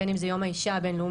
בין אם זה יום האישה הבין-לאומי,